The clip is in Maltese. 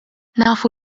nafu